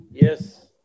Yes